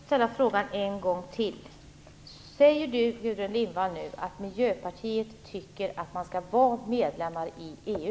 Fru talman! Jag måste ställa frågan en gång till. Säger Gudrun Lindvall nu att Miljöpartiet tycker att vi skall vara medlemmar i EU?